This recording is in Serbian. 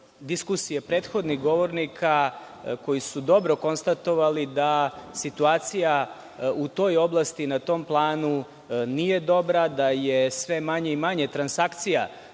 diskusije prethodnih govornika koji su dobro konstatovali da situacija u toj oblasti, na tom planu nije dobra, da je sve manje i manje transakcija